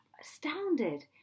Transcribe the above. astounded